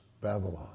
Babylon